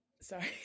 sorry